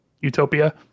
utopia